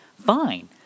fine